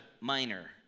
Minor